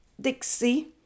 Dixie